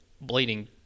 bleeding